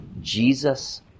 Jesus